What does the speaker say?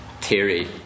theory